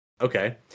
Okay